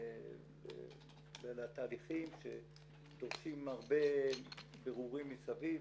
לתהליכים שדורשים הרבה בירורים מסביב.